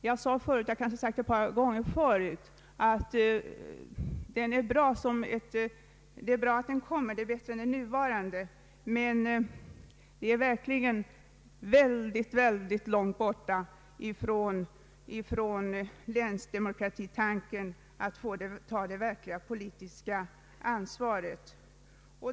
Jag har sagt ett par gånger förut att det är bra att den reformen kommer, att den är bättre än den nuvarande ordningen. Men den är verkligen mycket långt borta från länsdemokratitanken, att man i länet skall ta det verkliga politiska ansvaret.